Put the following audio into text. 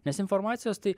nes informacijos tai